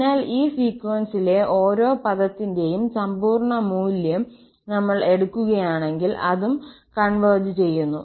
അതിനാൽ ഈ സീക്വൻസിലെ ഓരോ പദത്തിന്റെയും സമ്പൂർണ്ണ മൂല്യം നമ്മൾ എടുക്കുകയാണെങ്കിൽ അതും കോൺവെർജ് ചെയ്യുന്നു